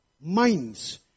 minds